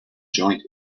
joint